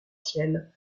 ciel